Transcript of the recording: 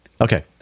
Okay